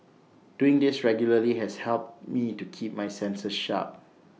doing this regularly has helped me to keep my senses sharp